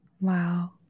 wow